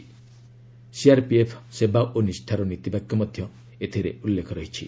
'CRPF ସେବା ଓ ନିଷ୍ଣାର ନୀତିବାକ୍ୟ ମଧ୍ୟ ଏଥିରେ ଉଲ୍ଲେଖ ରହିଛି